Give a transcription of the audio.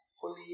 fully